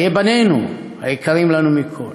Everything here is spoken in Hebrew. חיי בנינו, היקרים לנו מכול.